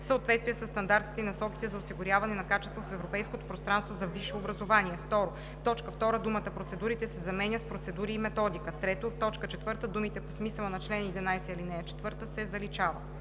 съответствие със стандартите и насоките за осигуряване на качество в европейското пространство за висше образование“. 2. В т. 2 думата „процедурите“ се заменя с „процедури и методика“. 3. В т. 4 думите „по смисъла на чл. 11, ал. 4“ се заличават.“